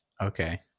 okay